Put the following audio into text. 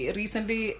recently